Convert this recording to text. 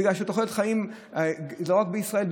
בגלל שתוחלת חיים יש לא רק בישראל,